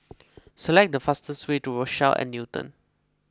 select the fastest way to Rochelle at Newton